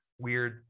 weird